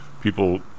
people